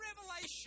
revelation